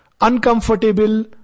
uncomfortable